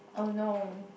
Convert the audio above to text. !oh no!